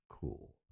cool